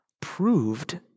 proved